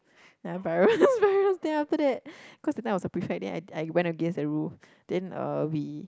ya virus virus then after that cause that night I was prefect then I I went against the rule then uh we